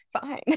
Fine